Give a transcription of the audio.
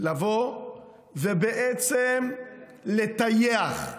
לבוא ובעצם לטייח,